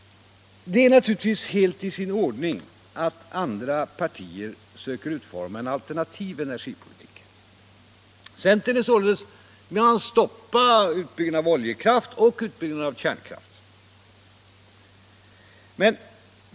Det är naturligtvis helt i sin ordning att andra partier söker utforma en alternativ energipolitik. Centern vill sålunda stoppa utbyggnaden av både oljekraft och kärnkraft.